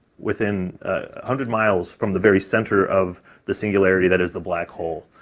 within a hundred miles, from the very center of the singularity that is the black hole.